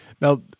Now